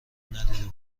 ندیده